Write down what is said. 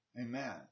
Amen